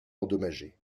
endommagé